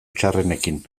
txarrenekin